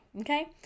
Okay